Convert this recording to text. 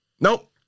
Nope